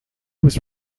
was